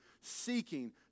seeking